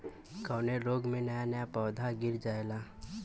कवने रोग में नया नया पौधा गिर जयेला?